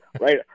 Right